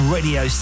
Radio